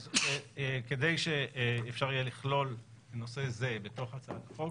כדי שאפשר יהיה לכלול נושא זה בתוך הצעת החוק